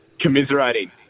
commiserating